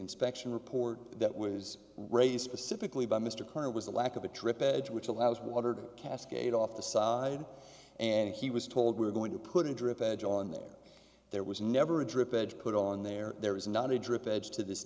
inspection report that was raised pacifically by mr connor was the lack of a trip edge which allows water to cascade off the side and he was told we were going to put a drip edge on there there was never a drip edge put on there there is not a drip edge to this